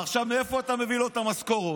עכשיו, מאיפה אתה מביא לו את המשכורות?